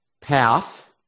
path